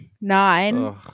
nine